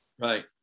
Right